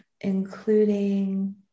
including